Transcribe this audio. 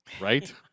right